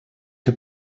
que